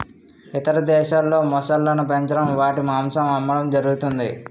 ఇతర దేశాల్లో మొసళ్ళను పెంచడం వాటి మాంసం అమ్మడం జరుగుతది